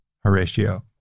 Horatio